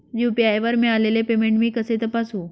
UPI वर मिळालेले payment मी कसे तपासू?